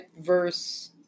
verse